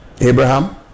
Abraham